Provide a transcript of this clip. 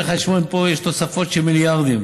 פה יש תוספות של מיליארדים.